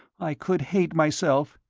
i could hate myself!